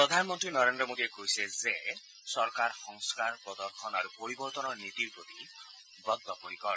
প্ৰধানমন্ত্ৰী নৰেন্দ্ৰ মোদীয়ে কৈছে যে চৰকাৰ সংস্কাৰ প্ৰদৰ্শন আৰু পৰিৱৰ্তনৰ নীতিৰ প্ৰতি বদ্ধপৰিকৰ